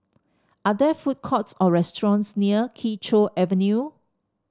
are there food courts or restaurants near Kee Choe Avenue